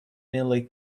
nearly